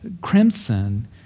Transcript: crimson